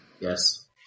Yes